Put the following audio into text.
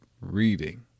reading